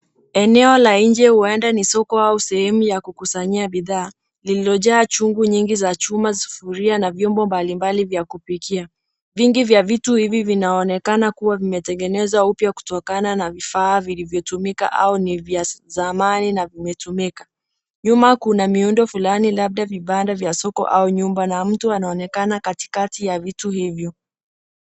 Eneo la nje huenda ni soko au sehemu la kukusanyia bidhaa lilojaa chungu nyingi za chuma, sufuria na vyombo mbalimbali vya kupikia. Vingi vya vitu hivi vinaonekana kuwa vimetengenezwa upya kutokana na vifaa vilivyotumika au ni vya zamani na vimetumika. Nyuma kuna miundo fulani labda vibanda vya soko au nyumba na mtu anaonekana katikati ya vitu hivyo.